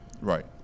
Right